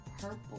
Purple